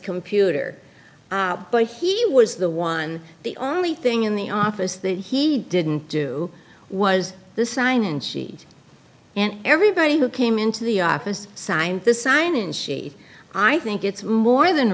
computer but he was the one the only thing in the office that he didn't do was the sign in sheet and everybody who came into the office signed the sign in sheet i think it's more than